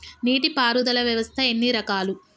నీటి పారుదల వ్యవస్థ ఎన్ని రకాలు?